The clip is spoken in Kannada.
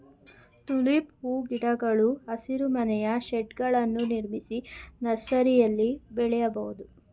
ಟುಲಿಪ್ ಹೂಗಿಡಗಳು ಹಸಿರುಮನೆಯ ಶೇಡ್ಗಳನ್ನು ನಿರ್ಮಿಸಿ ನರ್ಸರಿಯಲ್ಲಿ ಬೆಳೆಯಬೋದು